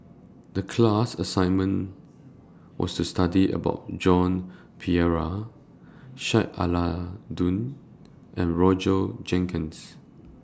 The class assignment was to study about Joan Pereira Sheik Alau'ddin and Roger Jenkins